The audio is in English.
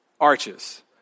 arches